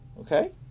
Okay